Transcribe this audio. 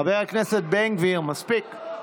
חבר הכנסת בן גביר, מספיק.